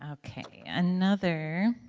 um okay. another